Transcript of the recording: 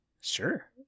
sure